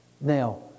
Now